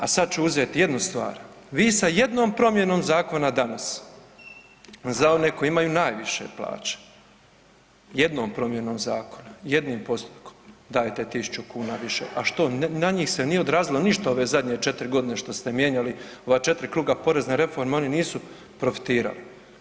A sad ću uzet jednu stvar, vi sa jednom promjenom zakona danas, za one koji imaju najviše plaće, jednom promjenom zakona, jednim postupkom dajete 1.000 kuna više, a što na njih se nije odrazilo ništa ove zadnje 4.g. što ste mijenjali ova 4 kruga porezne reforme, oni nisu profitirali?